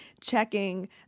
checking